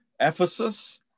Ephesus